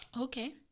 okay